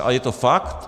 Ale je to fakt.